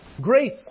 Grace